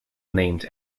named